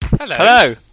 Hello